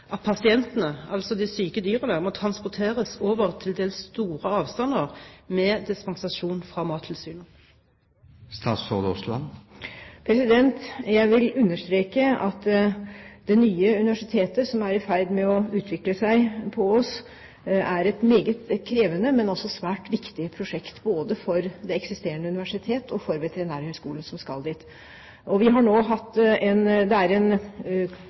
at pasientene, altså de syke dyrene, må transporteres over til dels store avstander med dispensasjon fra Mattilsynet? Jeg vil understreke at det nye universitetet som er i ferd med å utvikle seg på Ås, er et meget krevende, men også svært viktig prosjekt, både for det eksisterende universitetet og for Veterinærhøgskolen som skal dit. Vi har nå hatt en konsekvensutredning – KS1, som det